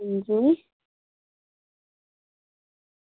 हां जी